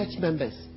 members